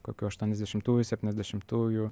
kokių aštuoniasdešimtųjų septyniasdešimtųjų